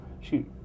shoot